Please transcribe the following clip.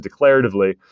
declaratively